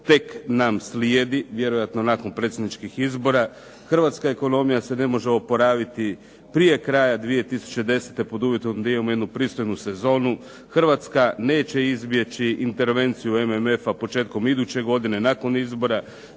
tek nam slijedi, vjerojatno nakon predsjedničkih izbora. Hrvatska ekonomija se ne može oporaviti prije kraja 2010. pod uvjetom da imamo jednu pristojnu sezonu. Hrvatska neće izbjeći intervenciju MMF-a početkom iduće godine, nakon izbora.